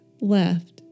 left